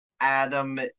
Adam